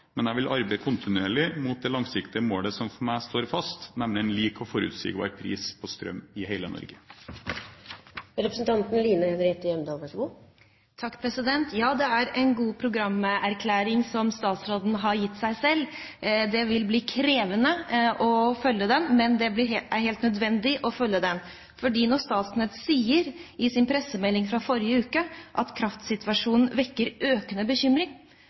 men jeg vil arbeide kontinuerlig mot det langsiktige målet som for meg står fast, nemlig en lik og forutsigbar pris på strøm i hele Norge. Det er en god programerklæring som statsråden har kommet med. Det vil bli krevende å følge den opp, men det er helt nødvendig. Når Statnett sier – i sin pressemelding forrige uke – at kraftsituasjonen vekker økende bekymring,